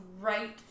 right